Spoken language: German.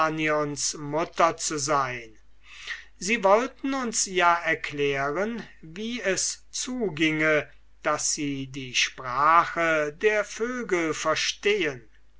mutter zu sein sie wollten uns ja erklären wie es zuginge daß sie die sprache der vögel verstehen